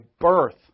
birth